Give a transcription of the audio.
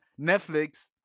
Netflix